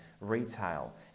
retail